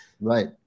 right